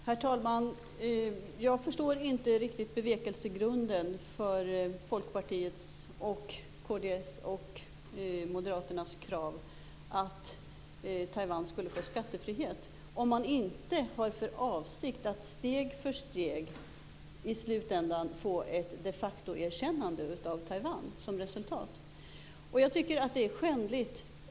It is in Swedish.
Herr talman! Jag förstår inte riktigt bevekelsegrunden för Folkpartiets, Kristdemokraternas och Moderaternas krav att Taiwan skulle få skattefrihet om man inte har för avsikt att steg för steg i slutändan få ett de facto-erkännande av Taiwan som resultat.